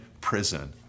prison